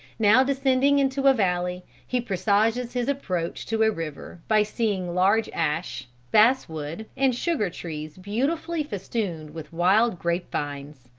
now descending into a valley, he presages his approach to a river by seeing large ash, basswood and sugar trees beautifully festooned with wild grape vines.